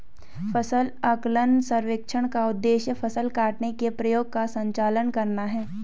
फसल आकलन सर्वेक्षण का उद्देश्य फसल काटने के प्रयोगों का संचालन करना है